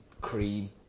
cream